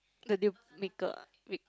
the deal maker